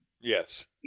Yes